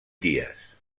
dies